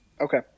Okay